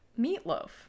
meatloaf